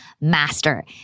master